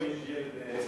מה קורה אם יש ילד באמצע?